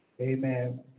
Amen